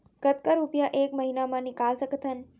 कतका रुपिया एक महीना म निकाल सकथन?